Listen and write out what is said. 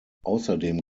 außerdem